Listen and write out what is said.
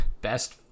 best